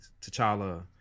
T'Challa